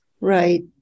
Right